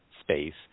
space